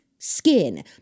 Skin